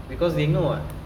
because they know what